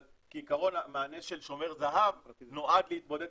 אבל כעקרון המענה של שומר זהב נועד להתמודד